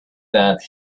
that